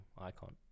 icon